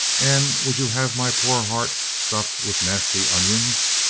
and would you have my poor heart stuffed with nasty onions?